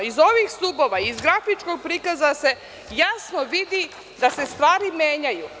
Iz ovih stubova, izovog grafičkog prikaza se jasno vidi da se stvari menjaju.